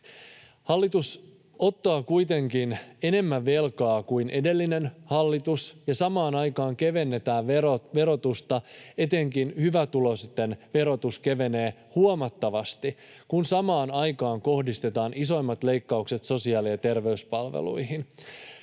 Hallitus ottaa kuitenkin enemmän velkaa kuin edellinen hallitus, ja samaan aikaan kevennetään verotusta. Etenkin hyvätuloisten verotus kevenee huomattavasti, kun samaan aikaan kohdistetaan isoimmat leikkaukset sosiaali- ja terveyspalveluihin.